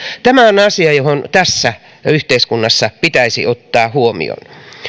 on asia joka tässä yhteiskunnassa pitäisi ottaa huomioon